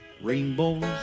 Rainbows